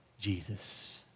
Jesus